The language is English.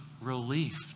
relief